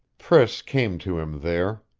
priss came to him there.